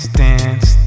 dance